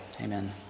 Amen